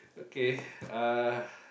okay uh